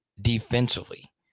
defensively